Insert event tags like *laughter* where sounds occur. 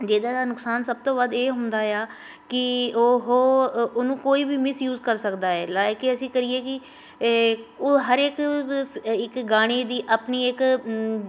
ਜਿਹਨਾਂ ਦਾ ਨੁਕਸਾਨ ਸਭ ਤੋਂ ਵੱਧ ਇਹ ਹੁੰਦਾ ਆ ਕਿ ਉਹ ਉਹਨੂੰ ਕੋਈ ਵੀ ਮਿਸਯੂਜ ਕਰ ਸਕਦਾ ਏ ਲਾਈਕ ਅਸੀਂ ਕਰੀਏ ਕਿ ਏ ਉਹ ਹਰੇਕ *unintelligible* ਇੱਕ ਗਾਣੇ ਦੀ ਆਪਣੀ ਇੱਕ